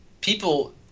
people